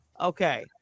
okay